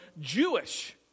Jewish